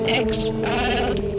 exiled